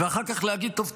ואחר כך להגיד: טוב,